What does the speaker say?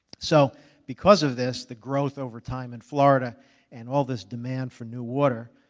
so because of this, the growth over time in florida and all this demand for new water.